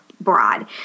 broad